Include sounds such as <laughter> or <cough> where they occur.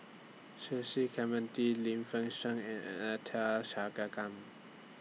Cecil Clementi Lim Fei Shen and <unintelligible>